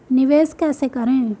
निवेश कैसे करें?